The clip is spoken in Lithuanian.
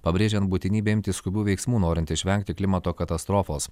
pabrėžiant būtinybę imtis skubių veiksmų norint išvengti klimato katastrofos